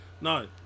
No